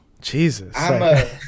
jesus